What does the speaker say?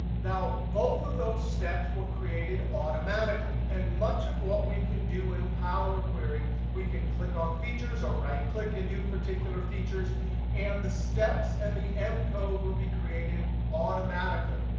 now both of those steps were created automatically. and much of what we can do in power query, we can click on features or right click and do particular features and the steps and the m code will be created automatically.